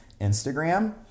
Instagram